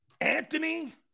Anthony